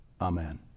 Amen